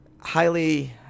highly